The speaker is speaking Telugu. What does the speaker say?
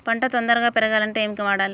పంట తొందరగా పెరగాలంటే ఏమి వాడాలి?